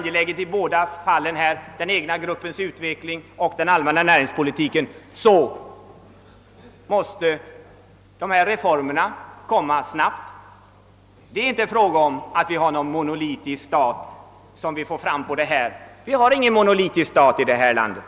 Eftersom både den egna gruppens utveckling och den allmänna näringspolitiken är angelägna ting måste dessa reformer genomföras snabbt. Det är inte fråga om att skapa någon monolitstat. Vi har ingen monolitstat här i landet.